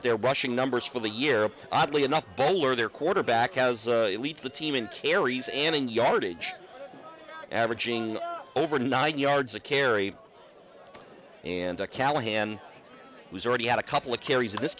at their rushing numbers for the year oddly enough bowler their quarterback has lead the team in carries and in yardage averaging over nine yards a carry and callahan who's already had a couple of carries in this